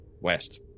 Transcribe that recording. west